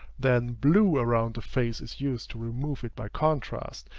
then blue around the face is used to remove it by contrast,